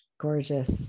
gorgeous